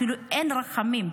אפילו אין רחמים.